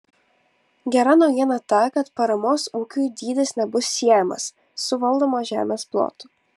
gera naujiena ta kad paramos ūkiui dydis nebus siejamas su valdomos žemės plotu